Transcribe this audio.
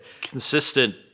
consistent